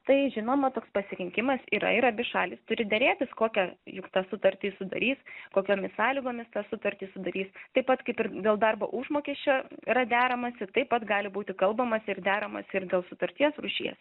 tai žinoma toks pasirinkimas yra ir abi šalys turi derėtis kokia juk tą sutartį sudarys kokiomis sąlygomis tą sutartį sudarys taip pat kaip ir dėl darbo užmokesčio yra deramasi taip pat gali būti kalbamasi ir deramasi ir dėl sutarties rūšies